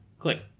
Click